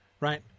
right